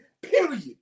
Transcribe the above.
Period